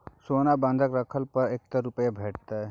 सोना बंधक रखला पर कत्ते रुपिया भेटतै?